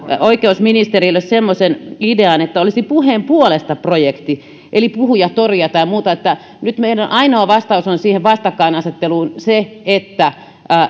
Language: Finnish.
oikeusministerille semmoisen idean että olisi puheen puolesta projekti eli olisi puhujatoria tai muuta nyt meidän ainoa vastauksemme siihen vastakkainasetteluun on se että